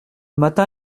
matin